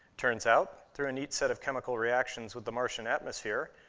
turns out, through a neat set of chemical reactions with the martian atmosphere,